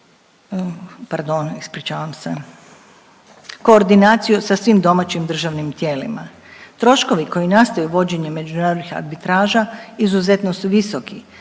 koordinaciju sa svim domaćim državnim tijelima. Troškovi koji nastaju vođenjem međunarodnih arbitraža izuzetno su visoki,